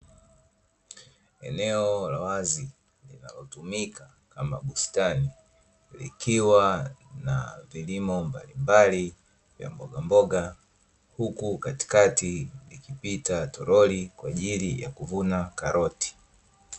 Eneo la wazi linalotumika kama bustani likiwa na vilimo mbalimbali cha MbogaMboga, Huku katikati likipita toroli kwa ajili ya kuvuna Karoti.